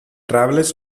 travelers